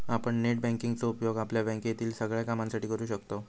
आपण net banking चो उपयोग आपल्या बँकेतील सगळ्या कामांसाठी करू शकतव